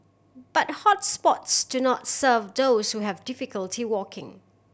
but hots spots do not serve those who have difficulty walking